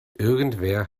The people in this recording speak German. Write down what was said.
irgendwer